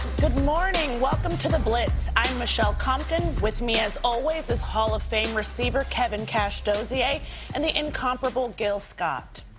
good morning welcome to the blitz. i'm michelle compton with me as always is hall of fame receiver kevin cash dozier and the incomparable gill scott.